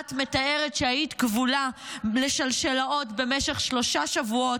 שבה את מתארת שהיית כבולה לשלשלאות במשך שלושה שבועות,